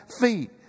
feet